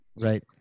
Right